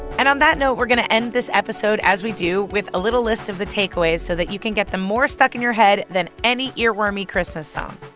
and on that note, we're going to end this episode, as we do, with a little list of the takeaways so that you can get them more stuck in your head than any earwormy christmas song.